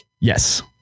Yes